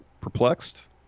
perplexed